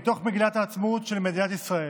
מתוך מגילת העצמאות של מדינת ישראל,